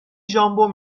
ژامبون